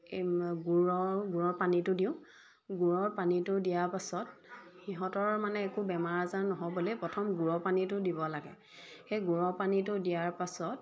গুৰৰ গুৰৰ পানীটো দিওঁ গুৰৰ পানীটো দিয়াৰ পাছত সিহঁতৰ মানে একো বেমাৰ আজাৰ নহ'বলৈ প্ৰথম গুড়ৰ পানীটো দিব লাগে সেই গুড়ৰ পানীটো দিয়াৰ পাছত